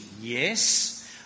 Yes